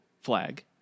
Flag